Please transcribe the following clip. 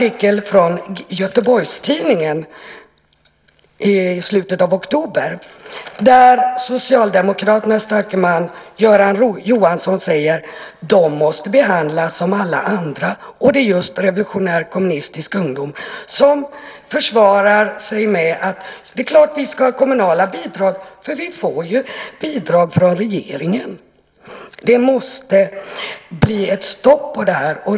Jag har i min hand en artikel i GT i slutet av oktober där Socialdemokraternas starke man Göran Johansson säger att Revolutionär Kommunistisk Ungdom måste behandlas som alla andra. RKU framhåller där att organisationen naturligtvis ska ha kommunala bidrag eftersom den ju får bidrag från regeringen. Det måste bli ett stopp på det här.